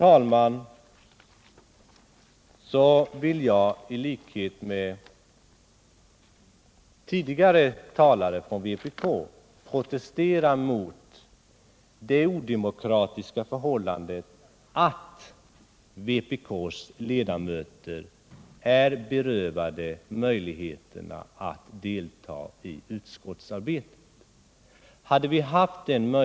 Till sist vill jag i likhet med tidigare talare från vpk protestera mot det odemokratiska förhållandet att vpk:s ledamöter är berövade möjligheterna att delta i utskottsarbetet.